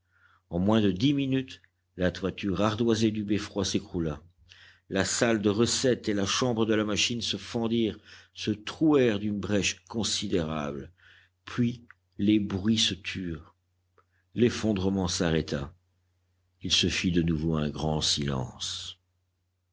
en moins de dix minutes la toiture ardoisée du beffroi s'écroula la salle de recette et la chambre de la machine se fendirent se trouèrent d'une brèche considérable puis les bruits se turent l'effondrement s'arrêta il se fit de nouveau un grand silence